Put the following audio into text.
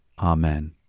Amen